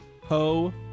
Ho